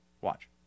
watch